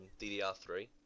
DDR3